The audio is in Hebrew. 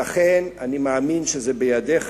לכן, אני מאמין שזה בידיך.